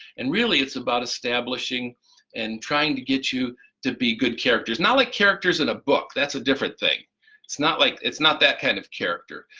and really it's about establishing and trying to get you to be good characters. not like characters in a book, that's a different thing it's not like it's not that kind of character.